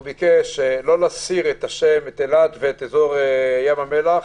והוא ביקש לא להסיר את השם אילת ואזור ים המלח,